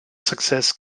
success